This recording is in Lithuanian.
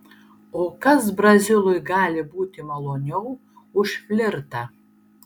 o kas brazilui gali būti maloniau už flirtą